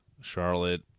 Charlotte